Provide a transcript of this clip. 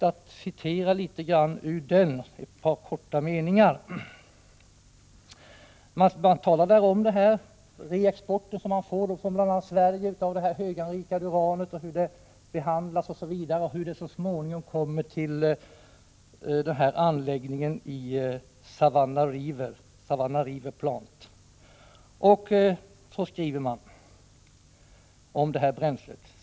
Det talas i rapporten om den reexport USA får från bl.a. Sverige av det höganrikade uranet och hur det behandlas och så småningom kommer till anläggningen Savannah River Plant.